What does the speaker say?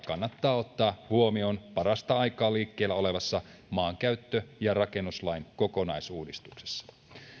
kannattaa ottaa huomioon parasta aikaa liikkeellä olevassa maankäyttö ja rakennuslain kokonaisuudistuksessa